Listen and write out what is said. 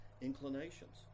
inclinations